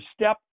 step